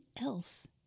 else